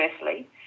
firstly